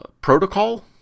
protocol